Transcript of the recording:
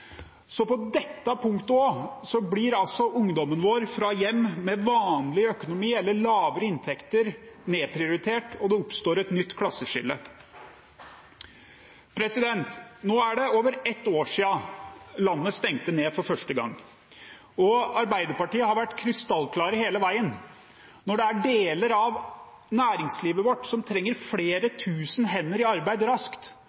Så også på dette punktet blir ungdommen vår fra hjem med vanlig økonomi, eller lavere inntekter, nedprioritert, og det oppstår et nytt klasseskille. Nå er det over ett år siden landet stengte ned for første gang. Arbeiderpartiet har vært krystallklare hele veien. Når deler av næringslivet vårt trenger flere tusen hender i arbeid raskt,